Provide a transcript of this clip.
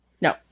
No